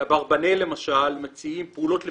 באברבנאל למשל מציעים פעולות לפתרון,